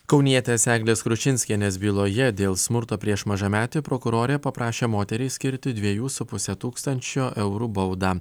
kaunietės eglės kručinskienės byloje dėl smurto prieš mažametį prokurorė paprašė moteriai skirti dviejų su puse tūkstančio eurų baudą